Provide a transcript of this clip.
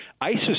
ISIS